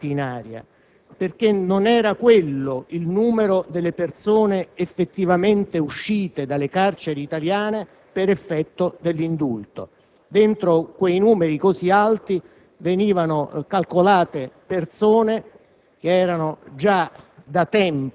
sono completamente campati in aria? Perché non era quello il numero delle persone effettivamente uscite dalle carceri italiane per effetto dell'indulto: nel calcolo di quelle cifre così alte erano state comprese persone